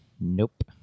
Nope